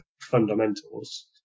fundamentals